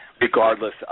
regardless